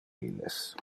illes